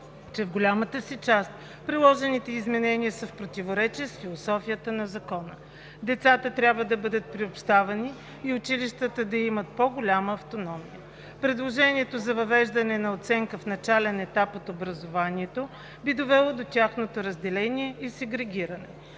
че в голямата си част предложените изменения са в противоречие с философията на Закона. Децата трябва да бъдат приобщавани и училищата да имат по-голяма автономия. Предложението за въвеждането на оценка в начален етап от образованието би довело до тяхното разделение и сегрегиране.